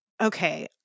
okay